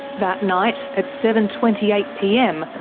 that night at seven twenty eight pm,